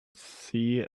see